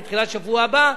בתחילת השבוע הבא,